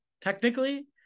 technically